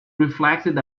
reflected